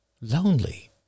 lonely